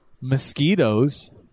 mosquitoes